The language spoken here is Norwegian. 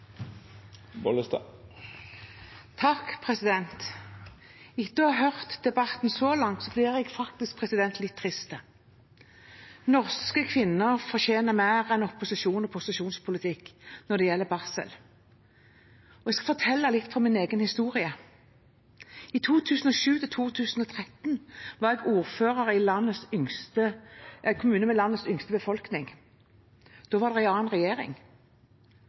Etter å ha hørt debatten så langt, blir jeg faktisk litt trist. Norske kvinner fortjener mer enn opposisjonen og posisjonens politikk når det gjelder barsel. Jeg skal fortelle litt fra min egen historie. I 2007–2013 var jeg ordfører i kommunen med landets yngste befolkning. Da var det en annen regjering.